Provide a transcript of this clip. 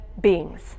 beings